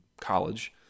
college